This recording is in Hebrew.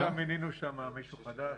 רק עכשיו מינינו שם מישהו חדש.